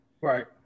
Right